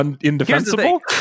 indefensible